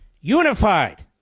unified